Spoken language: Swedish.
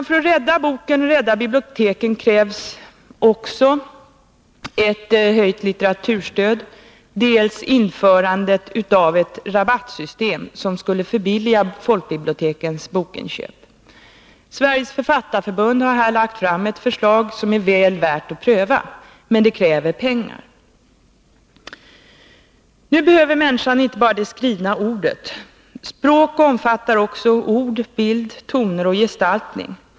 För att rädda boken och rädda biblioteken krävs också dels ett höjt litteraturstöd, dels införandet av ett rabattsystem, som skulle förbilliga folkbibliotekens bokinköp. Sveriges författarförbund har här lagt fram ett förslag som det är väl värt att pröva. Men det kräver pengar. Herr talman! Människan behöver inte bara det skrivna ordet. Språk omfattar också ord, bild, toner och gestaltning.